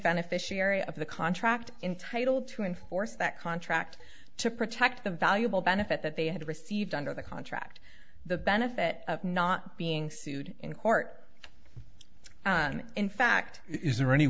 beneficiary of the contract in title to enforce that contract to protect the valuable benefit that they had received under the contract the benefit of not being sued in court and in fact